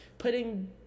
putting